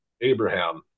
Abraham